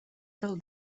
del